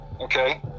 okay